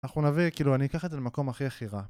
אנחנו נביא כאילו אני אקח את זה למקום הכי- הכי רע